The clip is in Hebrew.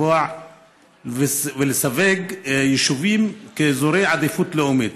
לקבוע ולסווג יישובים כאזורי עדיפות לאומית.